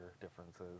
differences